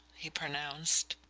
he pronounced.